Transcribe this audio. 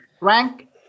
rank